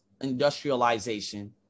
industrialization